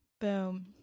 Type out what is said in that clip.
Boom